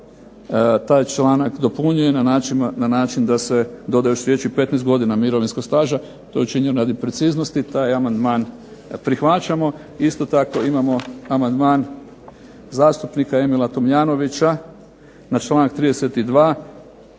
taj članak dopunjuje na način da se dodaje još riječ 15 godina mirovinskog staža. to je učinjeno radi preciznosti, taj amandman prihvaćamo. Isto tako imamo amandman zastupnika Emila Tomljanovića na članak 32.